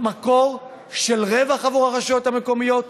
מקור של רווח עבור הרשויות המקומיות?